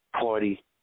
party